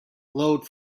glowed